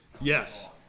yes